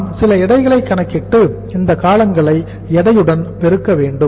நாம் சில எடைகளை கணக்கிட்டு இந்த காலங்களை எடையுடனும் பெருக்க வேண்டும்